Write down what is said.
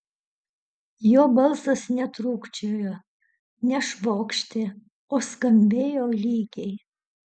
jo balsas netrūkčiojo nešvokštė o skambėjo lygiai